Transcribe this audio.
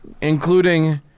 including